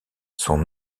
son